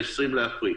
ה-20 באפריל,